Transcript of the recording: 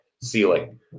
ceiling